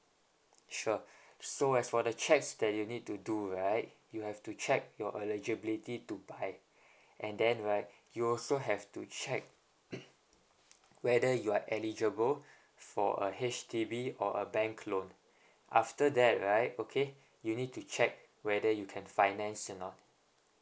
sure so as for the checks that you need to do right you have to check your eligibility to buy and then right you also have to check whether you are eligible for a H_D_B or a bank loan after that right okay you need to check whether you can finance or not